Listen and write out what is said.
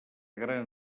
gran